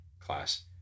class